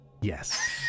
Yes